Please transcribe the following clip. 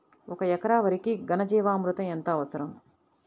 ఒక ఎకరా వరికి ఘన జీవామృతం ఎంత అవసరం?